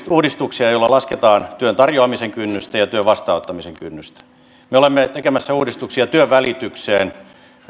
uudistuksia joilla lasketaan työn tarjoamisen kynnystä ja työn vastaanottamisen kynnystä me olemme tekemässä uudistuksia työnvälitykseen